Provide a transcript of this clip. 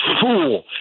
fool